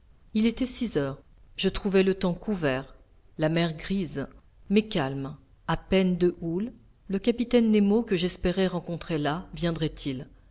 il était six heures je trouvai le temps couvert la mer grise mais calme a peine de houle le capitaine nemo que j'espérais rencontrer là viendrait-il